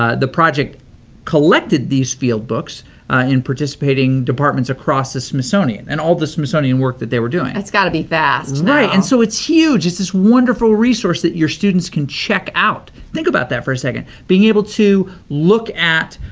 ah the project collected these field books in participating departments across the smithsonian and all the smithsonian work that they were doing. it's gotta be vast now. right, and so it's huge. it's this wonderful resource that your students can check out. think about that for a second, being able to look at,